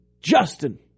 Justin